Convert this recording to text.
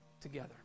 together